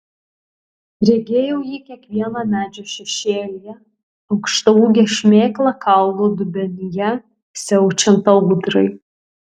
regėjau jį kiekvieno medžio šešėlyje aukštaūgę šmėklą kaulų dubenyje siaučiant audrai